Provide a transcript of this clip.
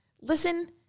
listen